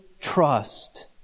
trust